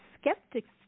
skeptics